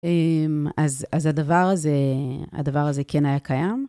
אז הדבר הזה, הדבר הזה כן היה קיים.